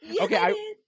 okay